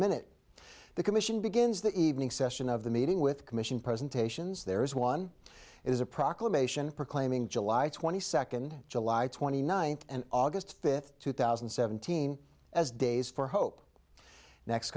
minute the commission begins the evening session of the meeting with commission presentations there is one is a proclamation proclaiming july twenty second july twenty ninth and august fifth two thousand and seventeen as days for hope